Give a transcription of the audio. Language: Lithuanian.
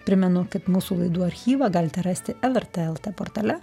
primenu kad mūsų laidų archyvą galite rasti lrt portale